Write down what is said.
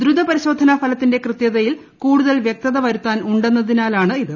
ദ്രുത പരിശോധനയുടെ ഫലത്തിന്റെ കൃത്യതയിൽ കൂടുതൽ വൃക്തത വരുത്താൻ ഉണ്ടെന്നതിനാലാണ് ഇത്